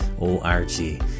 O-R-G